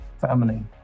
family